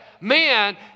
man